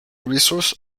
resource